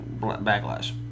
Backlash